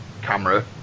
camera